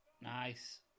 Nice